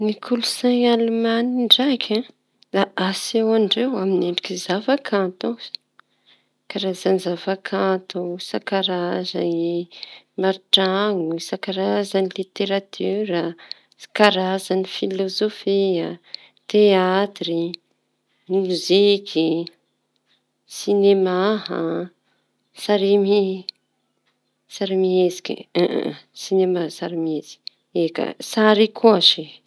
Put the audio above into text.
Ny kolon-tsaina alemañe ndraiky da asehin-dreo amy endrika zava kanto, karaza zava kanto isan-karaizañy, maritraño isan-karaizañy, karza filôzofia, teatry, mozika sy sinemaha- sarimihetsiky -sinema eka, sary koa se.